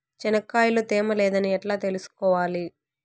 చెనక్కాయ లో తేమ లేదని ఎట్లా తెలుసుకోవాలి?